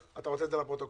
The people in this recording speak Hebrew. אתה רוצה את זה לפרוטוקול,